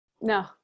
No